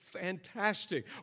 fantastic